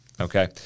Okay